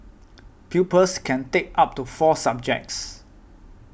pupils can take up to four subjects